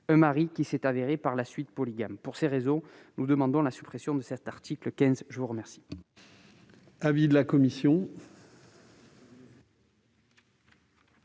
un mari qui s'est avéré, par la suite, polygame. Pour ces raisons, nous demandons la suppression de cet article. Quel